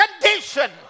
condition